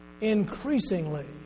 Increasingly